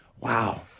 Wow